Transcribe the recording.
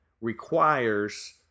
requires